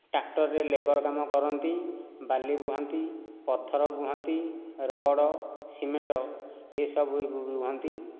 ଟାକ୍ଟରରେ labour କାମ କରନ୍ତି ବାଲି ବୁହନ୍ତି ପଥର ବୁହନ୍ତି ରଡ଼ ସିମେଣ୍ଟ ଏସବୁ ବି ବୁହନ୍ତି